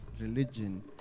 religion